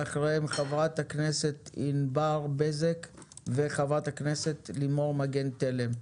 אחריהם חברת הכנסת ענבר בזק וחברת הכנסת לימור מגן תלם.